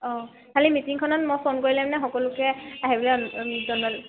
অঁ খালি মিটিংখনত মই ফোন কৰিলে মানে সকলোকে আহিবলৈ অনুৰোধ জনালোঁ